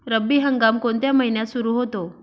रब्बी हंगाम कोणत्या महिन्यात सुरु होतो?